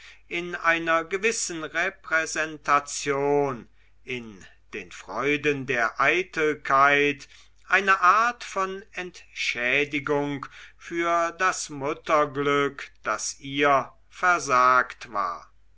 in einer gewissen repräsentation in den freuden der eitelkeit eine art von entschädigung für das mutterglück das ihr versagt war